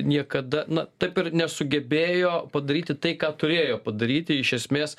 niekada na taip ir nesugebėjo padaryti tai ką turėjo padaryti iš esmės